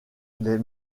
les